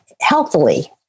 healthily